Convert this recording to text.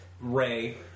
Ray